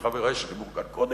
כחברי שדיברו כאן קודם.